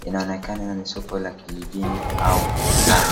kunaonekana ni soko la kijijini au mtaa.